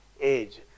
age